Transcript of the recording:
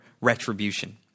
retribution